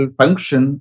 function